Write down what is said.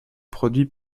produit